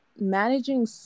managing